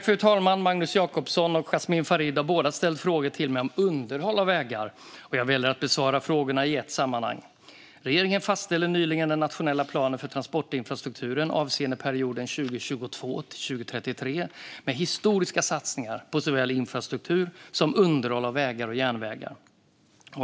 Fru talman! och Jasmin Farid har båda ställt frågor till mig om underhåll av vägar. Jag väljer att besvara frågorna i ett sammanhang. Regeringen fastställde nyligen den nationella planen för transportinfrastrukturen avseende perioden 2022-2033 med historiska satsningar på såväl infrastruktur som underhåll av vägar och järnvägar.